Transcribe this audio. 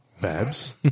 Babs